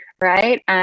right